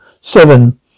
Seven